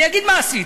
אני אגיד מה עשיתי,